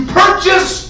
purchase